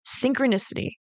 synchronicity